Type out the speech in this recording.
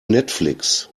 netflix